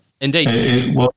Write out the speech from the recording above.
Indeed